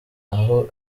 aho